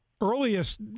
earliest